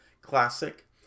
classic